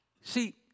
See